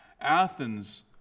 Athens